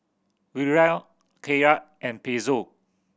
Riyal Kyat and Peso